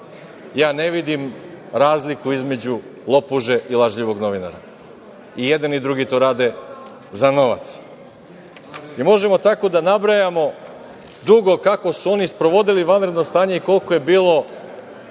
Ne vidim razliku između lopuže i lažljivog novinara. I jedan i drugi to rade za novac. Možemo tako da nabrajamo dugo kako su oni sprovodili vanredno stanje i koliko je bilo